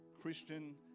Christian